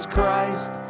Christ